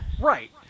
right